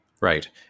right